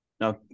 Now